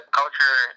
culture